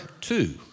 two